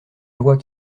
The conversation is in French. loi